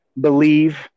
believe